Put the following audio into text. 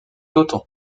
autant